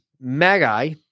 Magi